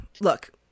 Look